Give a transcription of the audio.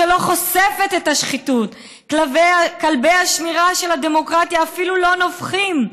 שלא חושפת את השחיתות"; "כלבי השמירה של הדמוקרטיה אפילו לא נובחים,